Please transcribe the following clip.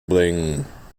bringen